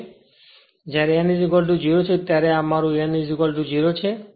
તેથી જ્યારે n 0 છે ત્યારે આ મારું n 0 છે